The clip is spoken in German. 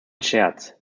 scherz